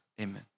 Amen